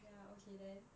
ya okay then